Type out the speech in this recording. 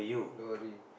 don't worry